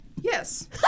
Yes